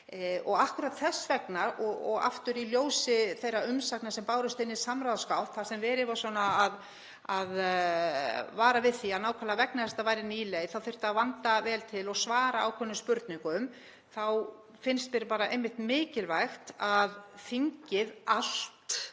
akkúrat þess vegna og aftur í ljósi þeirra umsagna sem bárust inn í samráðsgátt, þar sem verið var að vara við því nákvæmlega að vegna þess að þetta væri ný leið þyrfti að vanda til verka og svara ákveðnum spurningum, þá finnst mér mikilvægt að þingið allt,